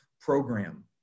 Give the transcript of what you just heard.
program